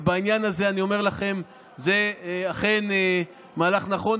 ובעניין הזה אני אומר לכם שזה אכן מהלך נכון.